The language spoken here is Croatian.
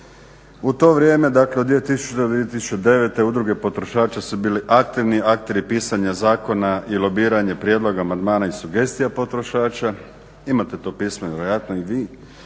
U to vrijeme, dakle od 2000. do 2009. Udruge potrošača su bili aktivni akteri pisanja zakona i lobiranje prijedloga amandmana i sugestija potrošača. Imate to pismeno vjerojatno i vi.